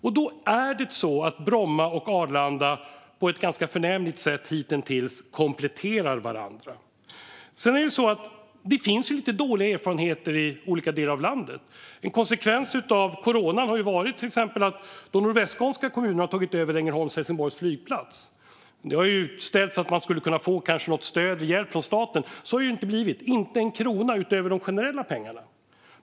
Och då är det så att Bromma och Arlanda, hitintills på ett ganska förnämligt sätt, kompletterar varandra. Sedan finns det en del dåliga erfarenheter i olika delar av landet. Till exempel har en konsekvens av corona varit att de nordvästskånska kommunerna har tagit över Ängelholm Helsingborg Airport. Det har utställts att de skulle kunna få stöd och hjälp från staten, men så har det inte blivit - inte en krona utöver de generella pengarna.